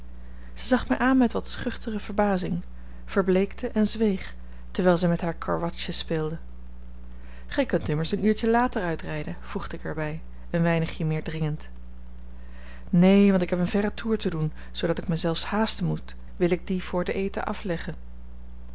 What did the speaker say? zij zag mij aan met wat schuchtere verbazing verbleekte en zweeg terwijl zij met haar karwatsje speelde gij kunt immers een uurtje later uitrijden voegde ik er bij een weinigje meer dringend neen want ik heb een verren toer te doen zoodat ik mij zelfs haasten moet wil ik dien voor den eten afleggen